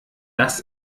das